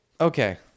Okay